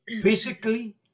physically